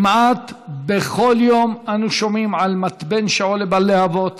כמעט בכל יום אנו שומעים על מתבן שעולה בלהבות,